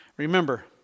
Remember